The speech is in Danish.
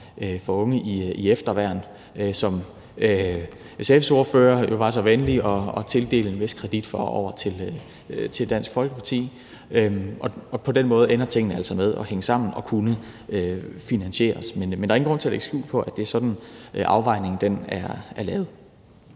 for unge i efterværn, som SF's ordfører var så venlig at tildele Dansk Folkeparti en vis kredit for .På den måde ender tingene altså med at hænge sammen og at kunne finansieres, men der er ingen grund til at lægge skjul på, at det er sådan, afvejningen er lavet.